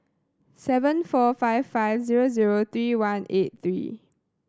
seven four five five zero zero three one eight three